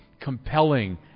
compelling